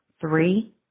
Three